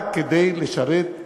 רק כדי לשרת את